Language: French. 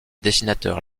dessinateurs